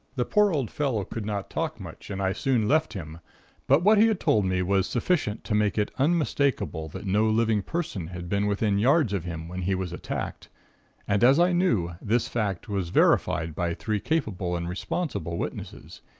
the poor old fellow could not talk much, and i soon left him but what he had told me was sufficient to make it unmistakable that no living person had been within yards of him when he was attacked and, as i knew, this fact was verified by three capable and responsible witnesses,